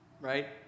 right